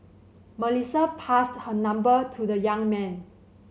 Melissa passed her number to the young man